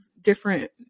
different